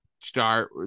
start